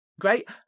great